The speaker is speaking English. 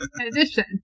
edition